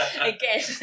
again